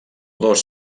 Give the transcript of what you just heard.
dos